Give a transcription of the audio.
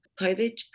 COVID